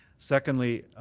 secondly,